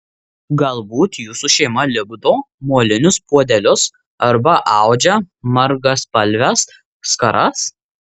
galbūt jūsų šeima lipdo molinius puodelius arba audžia margaspalves skaras